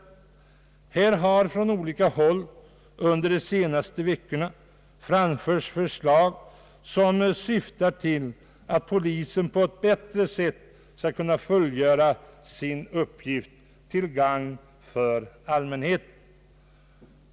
Från olika håll har under de senaste veckorna — vilket också har berörts i den närmast föregående interpellationsdebatten — framförts förslag som syftar till att polisen på ett bättre sätt skall kunna fullgöra sin uppgift till gagn för allmänheten.